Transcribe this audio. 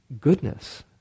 goodness